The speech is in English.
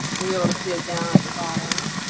we ought to see it down at the bottom,